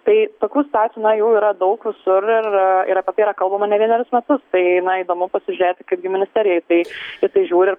tai tokių situacijų na jų yra daug visur ir ir ir apie tai yra kalbama ne vienerius metus tai na įdomu pasižiūrėti kaipgi ministerija į tai į tai žiūri ir